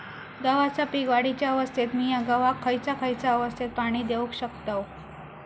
गव्हाच्या पीक वाढीच्या अवस्थेत मिया गव्हाक खैयचा खैयचा अवस्थेत पाणी देउक शकताव?